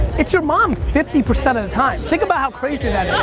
it's your mom fifty percent of the time. think about how crazy that